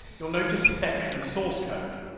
you'll notice a section of source code.